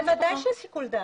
בוודאי שיש שיקול דעת,